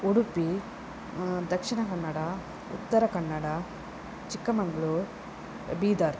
Udupi Dakshina Kannada Uttara Kannada Chikmagalur Bidar